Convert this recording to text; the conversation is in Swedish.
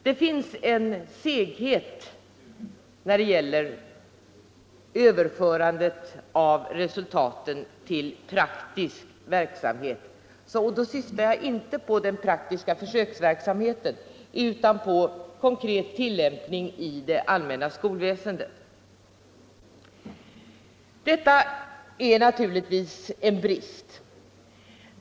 Det finns en seghet när det — sendets centrala och gäller överförandet av resultaten till praktisk verksamhet — och då syftar — regionala myndigjag inte på den praktiska försöksverksamheten utan på konkret tillämp = heterm.m. ning i det allmänna skolväsendet. Detta är naturligtvis en brist.